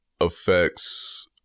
affects